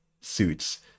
suits